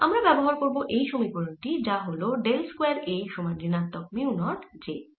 আমরা ব্যবহার করব এই সমীকরণ টি যা হল ডেল স্কয়ার A সমান ঋণাত্মক মিউ নট J